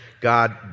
God